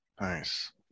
Nice